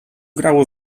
grało